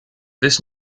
this